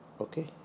Okay